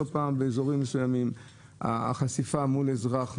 לא פעם באזורים מסוימים החשיפה מול אזרח,